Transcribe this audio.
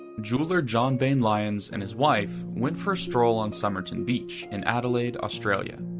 jeweler john bain lyons and his wife went for a stroll on somerton beach, in adelaide, australia.